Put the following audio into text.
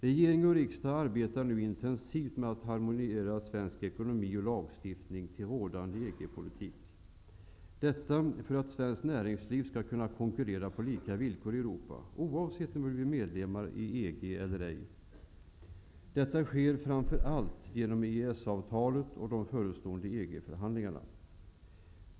Regering och riksdag arbetar nu intensivt med att harmoniera svensk ekonomi och lagstiftning till rådande EG-politik, detta för att svenskt näringsliv skall kunna konkurrera på lika villkor i Europa, oavsett om vi blir medlemmar i EG eller ej. Detta sker framför allt genom EES-avtalet och de förestående EG-förhandlingarna.